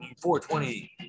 420